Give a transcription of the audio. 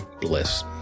bliss